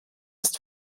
ist